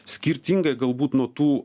skirtingai galbūt nuo tų